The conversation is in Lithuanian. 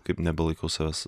kaip nebelaikiau savęs